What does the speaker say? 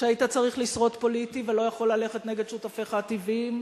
שהיית צריך לשרוד פוליטית ואתה לא יכול ללכת נגד שותפיך הטבעיים?